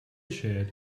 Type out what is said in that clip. shared